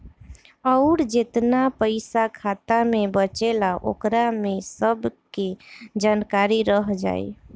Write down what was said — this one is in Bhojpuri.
अउर जेतना पइसा खाता मे बचेला ओकरा में सब के जानकारी रह जाइ